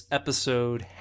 episode